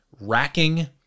racking